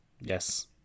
Yes